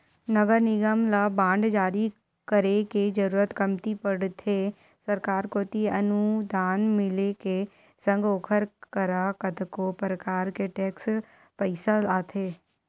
नगर निगम ल बांड जारी करे के जरुरत कमती पड़थे सरकार कोती अनुदान मिले के संग ओखर करा कतको परकार के टेक्स पइसा आथे